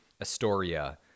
Astoria